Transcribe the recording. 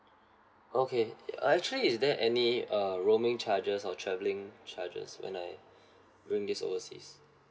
okay uh actually is there any uh roaming charges or travelling charges when I bring this overseas